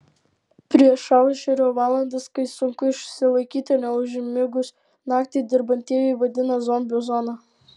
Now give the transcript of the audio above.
priešaušrio valandas kai sunku išsilaikyti neužmigus naktį dirbantieji vadina zombių zona